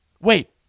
Wait